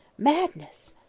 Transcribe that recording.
madness!